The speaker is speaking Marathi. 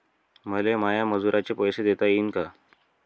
मले माया मजुराचे पैसे देता येईन का?